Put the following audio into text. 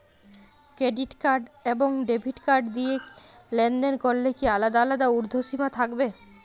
Credit card এবং debit card দিয়ে লেনদেন করলে কি আলাদা আলাদা ঊর্ধ্বসীমা থাকবে?